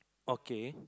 okay